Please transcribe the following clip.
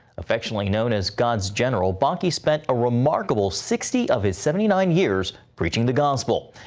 effectually known as god's general, but he spent a remarkable sixty of his seventy nine years preaching the gospel.